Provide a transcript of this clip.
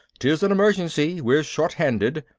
tis an emergency we're short-handed.